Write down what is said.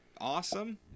awesome